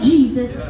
Jesus